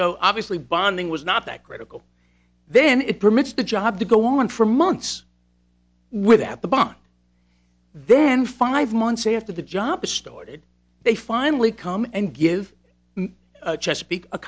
so obviously bonding was not that critical then it permits the job to go on for months without the box then five months after the job distorted they finally come and give chesapeake